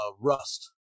rust